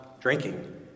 drinking